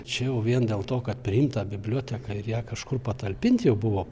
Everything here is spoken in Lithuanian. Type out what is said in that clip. čia jau vien dėl to kad priimt tą biblioteką ir ją kažkur patalpint jau buvo